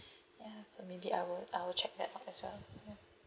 ya so maybe I'll I'll check that out as well ya